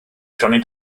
johnny